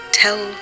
tell